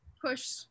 push